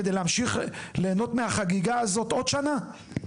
כדי להמשיך ליהנות מהחגיגה הזאת עוד שנה?